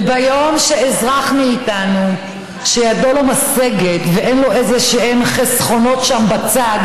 וביום שאזרח מאיתנו שידו אינה משגת ואין לו איזשהם חסכונות בצד,